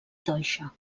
toixa